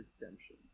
Redemption